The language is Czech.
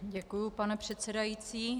Děkuji, pane předsedající.